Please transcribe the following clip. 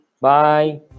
Bye